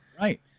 Right